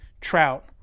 Trout